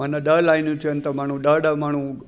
माना ॾह लाइनियूं थियनि त माण्हू ॾह ॾह माण्हू